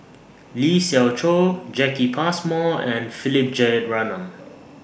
Lee Siew Choh Jacki Passmore and Philip Jeyaretnam